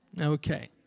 Okay